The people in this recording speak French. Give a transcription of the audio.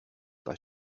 pas